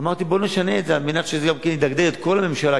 אמרתי: בוא נשנה את זה על מנת שזה ידרבן את כל הממשלה,